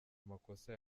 amakosa